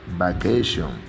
vacation